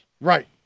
Right